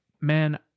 man